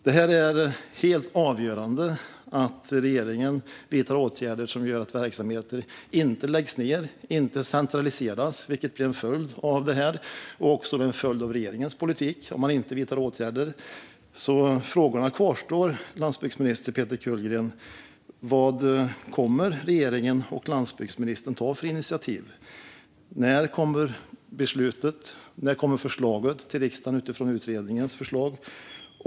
Det är helt avgörande att regeringen vidtar åtgärder som gör att verksamheter inte läggs ned eller centraliseras, vilket blir en följd av detta och av regeringens politik om inga åtgärder vidtas. Frågorna kvarstår alltså, landsbygdsminister Peter Kullgren. Vad kommer regeringen och landsbygdsministern att ta för initiativ? När kommer förslaget till riksdagen utifrån utredningens förslag?